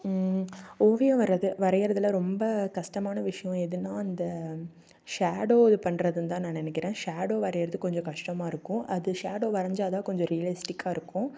ஓவியம் வரையிறதில் ரொம்ப கஷ்டமான விஷயம் எதுன்னா அந்த ஷேடோ பண்ணுறதுன்னுதான் நான் நினைக்கிறேன் ஷேடோ வரையுறது கொஞ்சம் கஷ்டமாக இருக்கும் அது ஷேடோ வரைஞ்சாதான் கொஞ்சம் ரியலிஸ்டிக்காக இருக்கும்